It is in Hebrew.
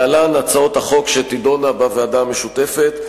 להלן הצעות החוק שיידונו בוועדה המשותפת,